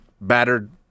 battered